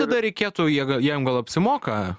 tada reikėtų jie ga jiem gal apsimoka